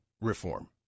reform